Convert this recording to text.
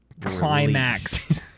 climaxed